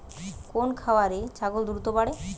কোন খাওয়ারে ছাগল দ্রুত বাড়ে?